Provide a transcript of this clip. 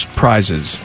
prizes